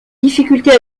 difficultés